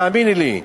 תאמיני לי.